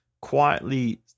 quietly